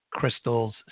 Crystals